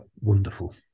wonderful